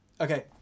Okay